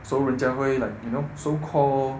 so 人家会 like you know so call